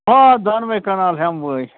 آ دۄنوے کنال ہٮ۪موے